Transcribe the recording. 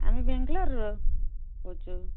ଆମେ ବେଙ୍ଗାଲୋରରେ ରହୁଛୁ